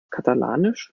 katalanisch